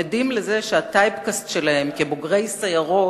הם עדים לזה שה"טייפ-קאסט" שלהם כבוגרי סיירות,